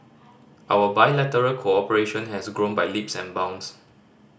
our bilateral cooperation has grown by leaps and bounds